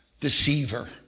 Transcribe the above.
deceiver